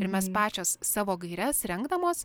ir mes pačios savo gaires rengdamos